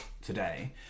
Today